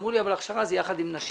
אמרו לי שהכשרה זה יחד עם נשים,